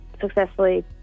successfully